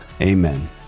Amen